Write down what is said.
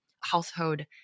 household